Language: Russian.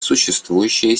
существующие